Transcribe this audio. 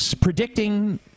Predicting